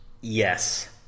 Yes